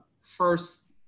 first